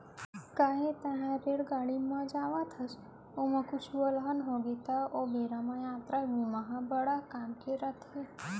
काहे तैंहर रेलगाड़ी म जावत हस, ओमा कुछु अलहन होगे ओ बेरा म यातरा बीमा ह बड़ काम के रइथे